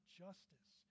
justice